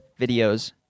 videos